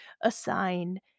assigned